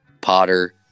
Potter